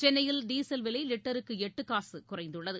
சென்னையில் டீசல் விலை லிட்டருக்கு எட்டு காசு குறைந்துள்ளது